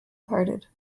parted